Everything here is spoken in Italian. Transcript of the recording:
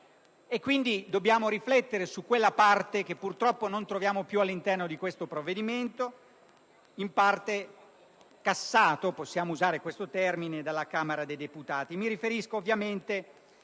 Quindi, dobbiamo riflettere su quella parte che purtroppo non troviamo più all'interno di questo provvedimento, in parte cassata - possiamo usare questo termine - dalla Camera dei deputati.